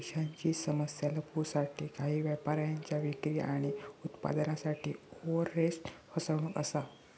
पैशांची समस्या लपवूसाठी काही व्यापाऱ्यांच्या विक्री आणि उत्पन्नासाठी ओवरस्टेट फसवणूक असा